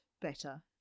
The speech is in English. better